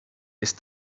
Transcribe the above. ist